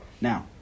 Now